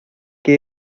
que